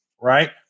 right